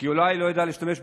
כי אולי הוא לא ידע להשתמש בנשק.